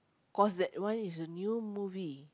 cause that one is a new movie